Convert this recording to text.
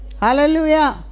Hallelujah